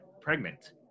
pregnant